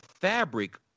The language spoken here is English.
fabric